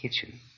kitchen